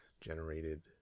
generated